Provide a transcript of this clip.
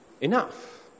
enough